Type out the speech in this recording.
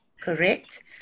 Correct